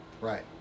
Right